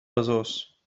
besòs